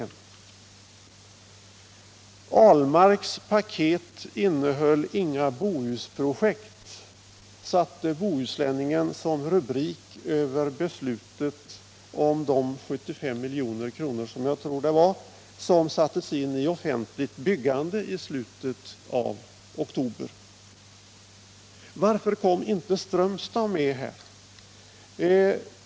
Per Ahlmarks paket innehöll inga Bohusprojekt, satte Bohusläningen som rubrik över beslutet om de 75 milj.kr. som sattes in i offentligt byggande i slutet av oktober. Varför kom inte Strömstad med här?